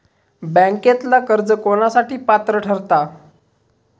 बँकेतला कर्ज कोणासाठी पात्र ठरता?